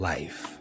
Life